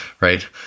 Right